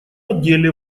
отделе